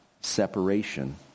separation